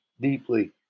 deeply